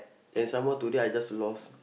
and some more today I just lost